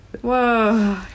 Whoa